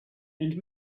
and